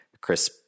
Chris